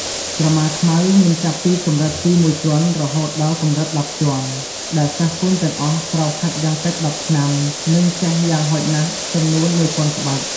ក្រមាខ្មៅមានចាប់ពីកម្រិតទី១ជាន់រហូតដល់កម្រិត១០ជាន់ ដែលសិស្សគុនទាំងអស់ត្រូវហាត់យ៉ាងតិច១០ឆ្នាំ និងចេះយ៉ាងហោចណាស់ចំនួនមួយពាន់ក្បាច់។